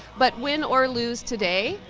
but win or lose today,